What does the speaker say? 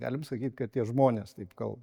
galim sakyt kad tie žmonės taip kalba